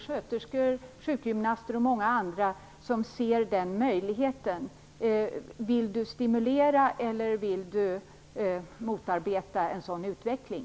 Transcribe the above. Sköterskor, sjukgymnaster och många andra ser den driftformen som en möjlighet. Vill Stig Sandström stimulera eller motarbeta en sådan utveckling?